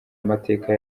amateka